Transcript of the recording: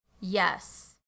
Yes